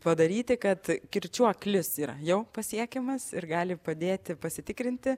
padaryti kad kirčiuoklis yra jau pasiekiamas ir gali padėti pasitikrinti